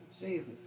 Jesus